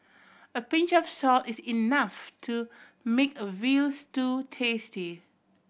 a pinch of salt is enough to make a veal stew tasty